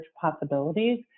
possibilities